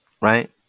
right